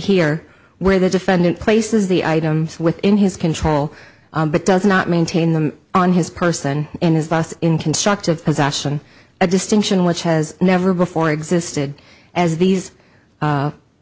here where the defendant places the items within his control but does not maintain them on his person and his boss in constructive possession a distinction which has never before existed as these